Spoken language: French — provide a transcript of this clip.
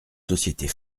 sociétés